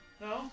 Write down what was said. No